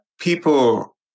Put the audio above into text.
people